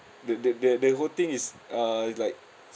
the the the whole thing is uh it's like